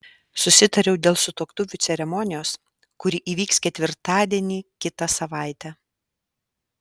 susitariau dėl sutuoktuvių ceremonijos kuri įvyks ketvirtadienį kitą savaitę